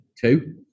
two